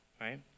right